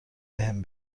بهم